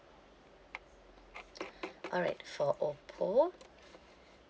alright for oppo